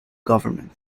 government